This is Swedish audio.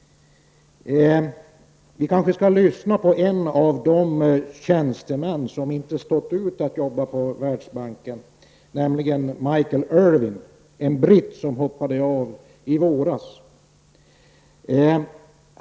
Vi kanske skall lyssna på en av de tjänstemän som inte har stått ut med att jobba på Världsbanken, nämligen Michael Irwin, en britt som hoppade av i våras.